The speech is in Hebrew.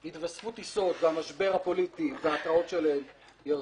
התווספו טיסות והמשבר הפוליטי וההתרעות שלהם ירדו,